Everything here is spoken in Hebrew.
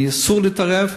אסור לי להתערב,